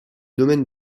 domaine